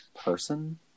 person